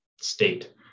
state